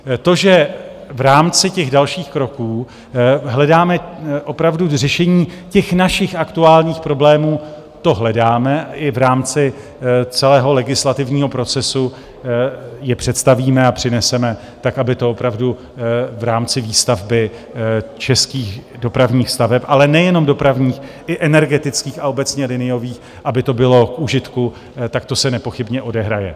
To, že v rámci těch dalších kroků hledáme opravdu řešení našich aktuálních problémů to hledáme, i v rámci celého legislativního procesu je představíme a přineseme tak, aby to opravdu v rámci výstavby českých dopravních staveb ale nejenom dopravních, ale i energetických a obecně liniových, aby to bylo k užitku tak to se nepochybně odehraje.